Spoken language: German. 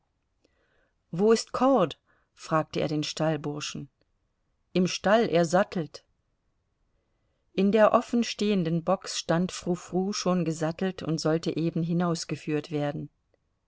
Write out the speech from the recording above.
wo ist cord fragte er den stallburschen im stall er sattelt in der offenstehenden box stand frou frou schon gesattelt und sollte eben hinausgeführt werden